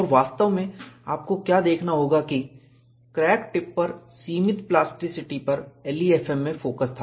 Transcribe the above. और वास्तव में आपको में क्या देखना होगा कि क्रैक टिप पर सीमित प्लास्टिसिटी पर LEFM में फोकस था